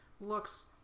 looks